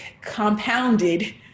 compounded